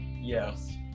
Yes